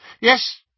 Yes